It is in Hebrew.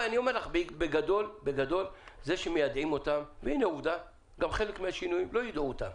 בגדול זה שמיידעים אותם עובדה שעל חלק מהשינויים לא יידעו אותם.